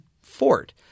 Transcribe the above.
fort